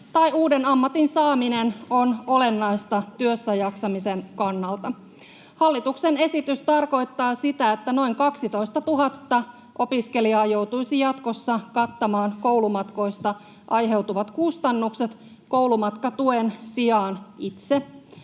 tai uuden ammatin saaminen on olennaista työssäjaksamisen kannalta. Hallituksen esitys tarkoittaa sitä, että noin 12 000 opiskelijaa joutuisi jatkossa kattamaan koulumatkoista aiheutuvat kustannukset koulumatkatuen sijaan itse